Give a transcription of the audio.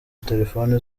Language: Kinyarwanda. telefone